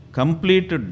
complete